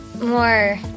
more